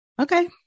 Okay